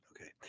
Okay